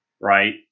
right